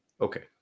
Okay